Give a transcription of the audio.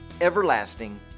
everlasting